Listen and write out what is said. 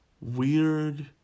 weird